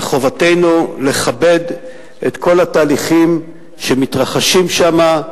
וחובתנו לכבד את כל התהליכים שמתרחשים שם.